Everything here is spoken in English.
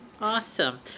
Awesome